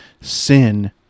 sin